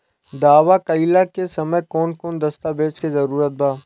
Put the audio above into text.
दावा कईला के समय कौन कौन दस्तावेज़ के जरूरत बा?